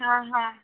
हां हां